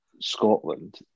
Scotland